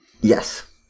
Yes